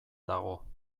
dago